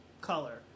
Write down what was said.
color